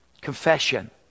confession